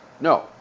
No